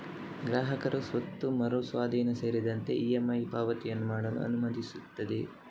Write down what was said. ಗ್ರಾಹಕರು ಸ್ವತ್ತು ಮರು ಸ್ವಾಧೀನ ಸೇರಿದಂತೆ ಇ.ಎಮ್.ಐ ಪಾವತಿಗಳನ್ನು ಮಾಡಲು ಅನುಮತಿಸುತ್ತದೆ